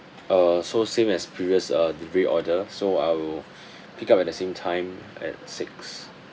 uh so same as previous uh delivery order so I will pick up at the same time at six